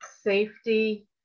safety